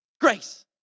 grace